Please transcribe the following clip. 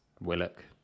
Willock